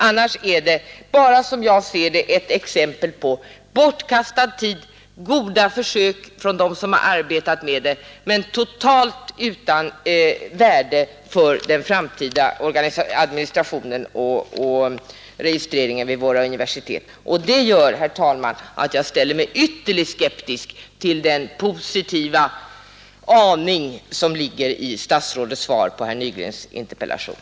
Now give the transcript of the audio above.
Annars är detta bara, som jag ser det, ett exempel på bortkastad tid, på goda försök från dem som arbetat med det, men totalt utan värde för den framtida administrationen och registreringen vid våra universitet. Det gör, herr talman, att jag ställer mig ytterligt skeptisk till den positiva aning som ligger i statsrådets svar på herr Nygrens interpellation.